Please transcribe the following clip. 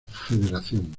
federación